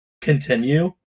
continue